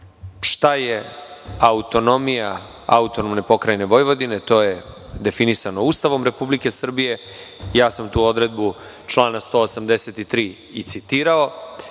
je autonomija AP Vojvodine, to je definisano Ustavom Republike Srbije. Ja sam tu odredbu člana 183. i citirao.